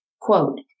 Quote